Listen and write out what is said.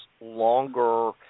longer